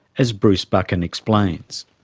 as bruce buchan explains.